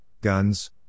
guns